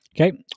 okay